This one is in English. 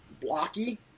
blocky